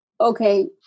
Okay